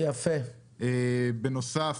בנוסף,